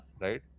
right